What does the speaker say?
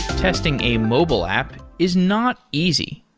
testing a mobile app is not easy.